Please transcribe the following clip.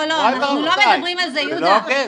לא, אנחנו לא מדברים על זה, יהודה.